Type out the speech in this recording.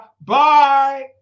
Bye